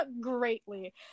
greatly